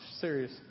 serious